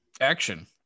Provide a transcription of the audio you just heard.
Action